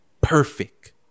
Perfect